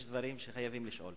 יש דברים שחייבים לשאול.